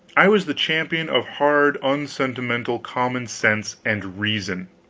i was the champion of hard unsentimental common-sense and reason.